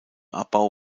abbau